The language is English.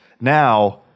now